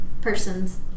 persons